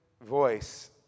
voice